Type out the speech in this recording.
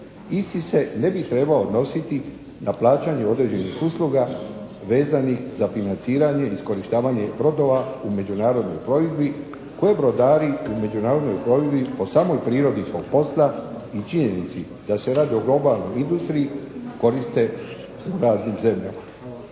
isti se ne bi trebao odnositi na plaćanje određenih usluga vezanih za financiranje i iskorištavanje brodova u međunarodnoj plovidbi koje brodari u međunarodnoj plovidbi po samoj prirodi svog posla i činjenici da se radi o globalnoj industriji koriste se u raznim zemljama.